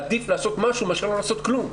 עדיף לעשות משהו מאשר לא לעשות כלום.